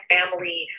Family